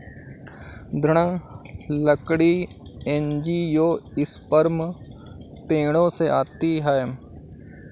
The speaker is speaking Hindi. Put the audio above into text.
दृढ़ लकड़ी एंजियोस्पर्म पेड़ों से आती है